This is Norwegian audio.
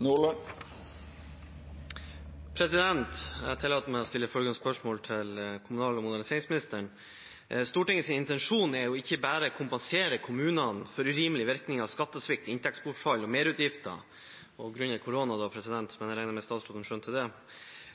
mye tyngre. Jeg tillater meg å stille følgende spørsmål til kommunal- og moderniseringsministeren: «Stortinget sin intensjon er å ikke bare kompensere kommunene for urimelige virkninger av skattesvikt, inntektsbortfall og merutgifter,